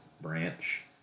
branch